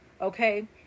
Okay